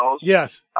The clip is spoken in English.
Yes